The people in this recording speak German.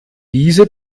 diese